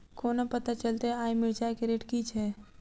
कोना पत्ता चलतै आय मिर्चाय केँ रेट की छै?